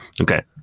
Okay